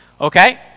Okay